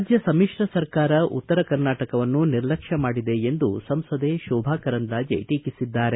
ರಾಜ್ಯ ಸಮಿಶ್ರ ಸರ್ಕಾರ ಉತ್ತರ ಕರ್ನಾಟಕವನ್ನು ನಿರ್ಲಕ್ಷ ಮಾಡಿದೆ ಎಂದು ಸಂಸದೆ ಶೋಭಾ ಕರಂದ್ಲಾಜೆ ಟೀಕಿಸಿದ್ದಾರೆ